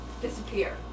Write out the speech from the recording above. disappear